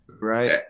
Right